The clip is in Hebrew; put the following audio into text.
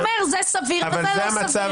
הוא אומר זה סביר וזה לא סביר.